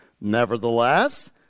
Nevertheless